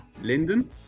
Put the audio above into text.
Linden